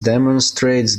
demonstrates